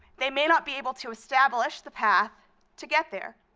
they may not be able to establish the path to get there.